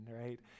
right